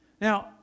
Now